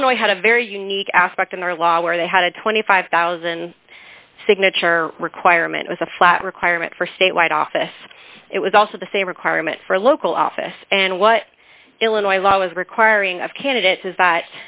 illinois had a very unique aspect in their law where they had a twenty five thousand signature requirement was a flat requirement for statewide office it was also the same requirement for local office and what illinois law is requiring of candidate is that